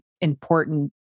important